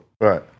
Right